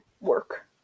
work